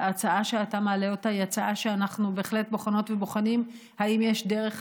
ההצעה שאתה מעלה היא הצעה שאנחנו בהחלט בוחנות ובוחנים אם יש דרך